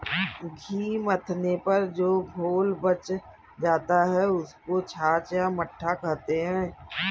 घी मथने पर जो घोल बच जाता है, उसको छाछ या मट्ठा कहते हैं